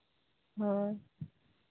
ᱦᱳᱭ